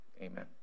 Amen